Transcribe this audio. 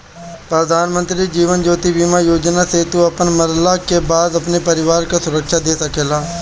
प्रधानमंत्री जीवन ज्योति बीमा योजना से तू अपनी मरला के बाद अपनी परिवार के सुरक्षा दे सकेला